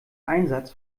einsatz